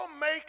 make